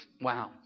wow